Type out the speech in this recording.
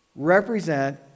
represent